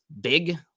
big